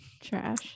trash